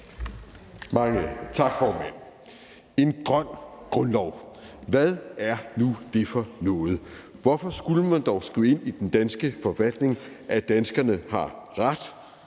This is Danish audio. Mange tak, formand. En grøn grundlov – hvad er nu det for noget? Hvorfor skulle man dog skrive ind i den danske forfatning, at danskerne har ret